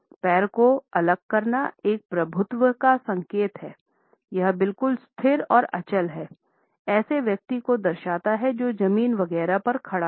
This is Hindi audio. पैर को अलग करना एक प्रभुत्व का संकेत है यह बिल्कुल स्थिर और अचल है ऐसे व्यक्ति को दर्शाता है जो जमीन वगैरह पर खड़ा है